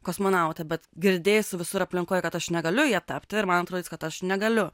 kosmonaute bet girdėsiu visur aplinkoj kad aš negaliu ja tapti ir man atrodys kad aš negaliu